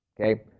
okay